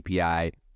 API